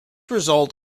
result